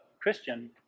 Christian